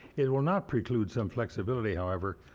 it will not preclude some flexibility, however,